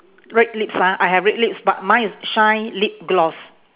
red lips ah I have red lips but mine is shine lip gloss